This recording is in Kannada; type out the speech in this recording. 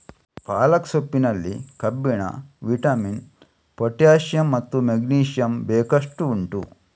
ಪಾಲಕ್ ಸೊಪ್ಪಿನಲ್ಲಿ ಕಬ್ಬಿಣ, ವಿಟಮಿನ್, ಪೊಟ್ಯಾಸಿಯಮ್ ಮತ್ತು ಮೆಗ್ನೀಸಿಯಮ್ ಬೇಕಷ್ಟು ಉಂಟು